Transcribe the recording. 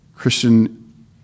Christian